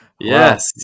Yes